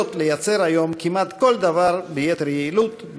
לייצר היום כמעט כל דבר ביתר יעילות,